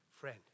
friend